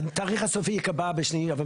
והתאריך הסופי ייקבע בקריאה השנייה.